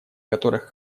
которых